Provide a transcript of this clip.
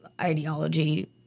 ideology